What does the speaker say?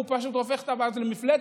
הוא פשוט הופך את הבעיה הזאת למפלצת.